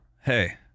hey